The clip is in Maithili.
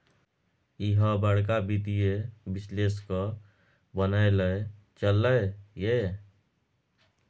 ईह बड़का वित्तीय विश्लेषक बनय लए चललै ये